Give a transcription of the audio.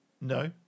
no